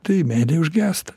tai meilė užgęsta